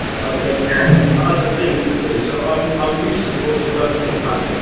i've then got other things to do so i'm um used to also working from home.